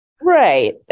Right